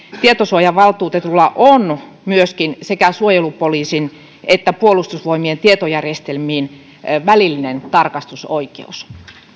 tietosuojavaltuutetulla on sekä suojelupoliisin että puolustusvoi mien tietojärjestelmiin välillinen tarkastusoikeus